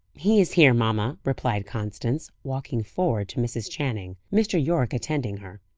he is here, mamma, replied constance, walking forward to mrs. channing, mr. yorke attending her.